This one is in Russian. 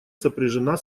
сопряжена